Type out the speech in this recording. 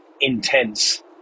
intense